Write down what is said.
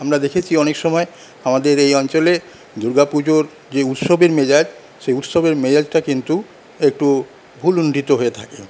আমরা দেখেছি অনেক সময় আমাদের এই অঞ্চলে দুর্গাপুজোর যে উৎসবের মেজাজটা সেই উৎসবের মেজাজটা কিন্তু একটু ভুলুন্ঠিত হয়ে থাকে